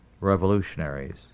revolutionaries